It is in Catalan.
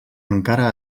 encara